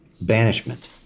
banishment